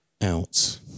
out